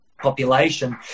population